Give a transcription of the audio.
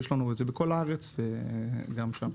יש לנו את זה בכל הארץ וגם שם.